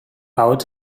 out